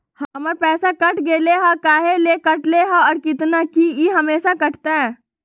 हमर पैसा कट गेलै हैं, काहे ले काटले है और कितना, की ई हमेसा कटतय?